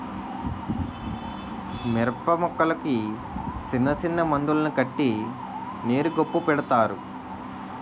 మిరపమొక్కలకి సిన్నసిన్న మందులను కట్టి నీరు గొప్పు పెడతారు